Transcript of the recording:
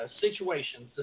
situations